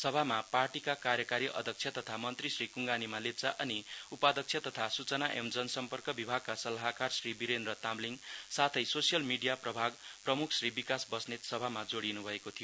सभामा पार्टीका कार्यकारी अध्यक्ष तथा मन्त्री श्री कुङगा निमा लेप्चा अनि उपाध्यक्ष तथा सुचना एवं जन सम्पर्क विभागका सल्लाहकार श्री विरेन्द्र तामलीङ साथै सोस्यल मिडिया प्रभाग प्रमुख श्री विकास बस्नेत सभामा जोडिनु भएको थियो